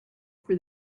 for